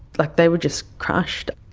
like they were just crushed.